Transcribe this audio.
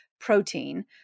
protein